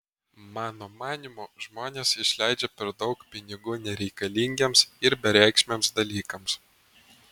mano manymu žmonės išleidžia per daug pinigų nereikalingiems ir bereikšmiams dalykams